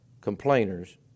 complainers